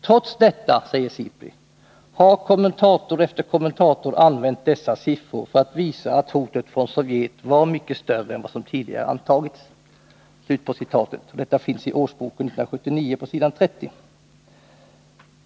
Trots detta, säger SIPRI, har kommentator efter kommentator använt dessa siffror för att visa att hotet från Sovjet var mycket större än vad som tidigare antagits. Detta säger man i årsboken 1979 på s. 30.